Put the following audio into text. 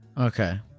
Okay